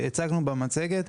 שהצגנו במצגת,